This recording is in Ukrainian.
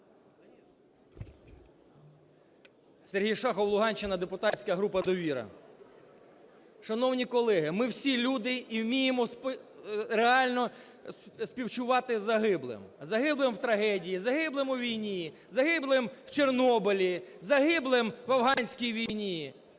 Сергій Шахов, Луганщина, депутатська група "Довіра". Шановні колеги, ми всі люди і вміємо реально співчувати загиблим. Загиблим в трагедії, загиблим у війні, загиблим в Чорнобилі, загиблим в афганській війні.